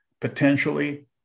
potentially